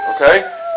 Okay